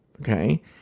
Okay